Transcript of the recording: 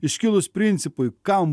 iškilus principui kam